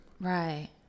right